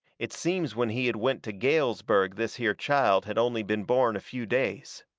it seems when he had went to galesburg this here child had only been born a few days.